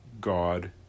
God